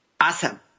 Awesome